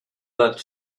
that